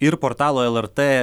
ir portalo el er tė